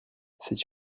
c’est